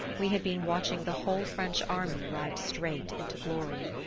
we had been watching the whole french army ride straight into glory.